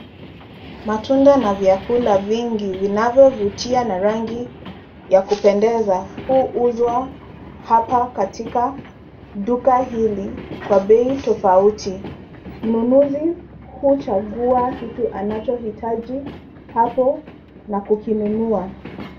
Matunda na vyakula vingi vinavyovutia na rangi ya kupendeza huuzwa hapa katika duka hili kwa bei tofauti. Mnunuzi huchagua kitu anachohitaji hapo na kukinunua.